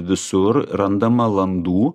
visur randama landų